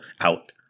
out